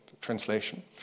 translation